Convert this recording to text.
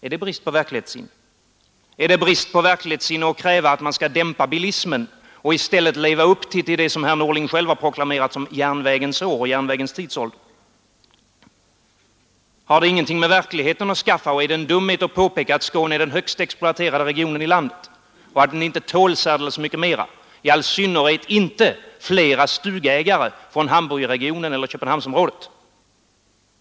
Är det brist på verklighetssinne att kräva att man skall dämpa bilismen och i stället leva upp till det som herr Norling själv har proklamerat som järnvägens tidsålder? Har det ingenting med verkligheten att skaffa eller är det en dumhet att påpeka att Skåne är den högst exploaterade regionen i landet och att den inte tål särdeles mycket mera — i all synnerhet inte flera stugägare från Hamburgregionen eller Köpenhamnsområdet?